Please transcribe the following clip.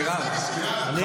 והוא מדבר לעניין.